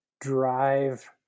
drive